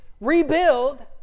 rebuild